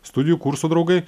studijų kurso draugai